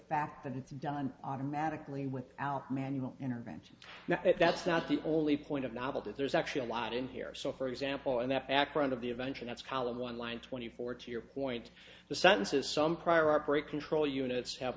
fact that it's done automatically without manual intervention now that's not the only point of novelty there's actually a lot in here so for example in that accident of the invention that's column one line twenty four to your point the senses some prior operate control units have